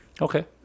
okay